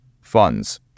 funds